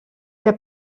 der